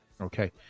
okay